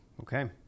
Okay